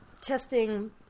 testing